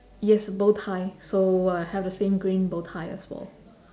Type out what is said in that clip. yes bow tie so I have the same green bow tie as well